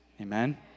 Amen